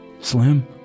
Slim